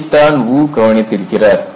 இதைத்தான் வு கவனித்திருக்கிறார்